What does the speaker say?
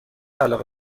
علاقه